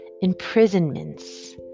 imprisonments